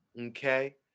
okay